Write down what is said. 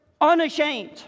unashamed